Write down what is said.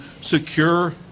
secure